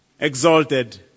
exalted